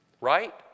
right